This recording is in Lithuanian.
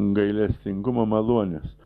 gailestingumo malonės